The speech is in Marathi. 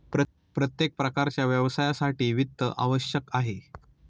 प्रत्येक प्रकारच्या व्यवसायासाठी वित्त आवश्यक आहे